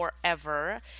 forever